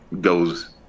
goes